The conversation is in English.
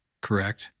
Correct